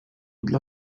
dla